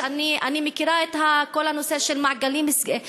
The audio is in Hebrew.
אני מכירה את כל הנושא של שולחנות